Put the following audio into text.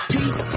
Peace